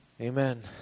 Amen